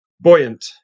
buoyant